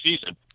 season